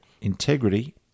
Integrity